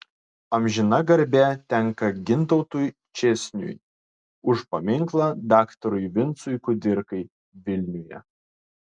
amžina garbė tenka gintautui česniui už paminklą daktarui vincui kudirkai vilniuje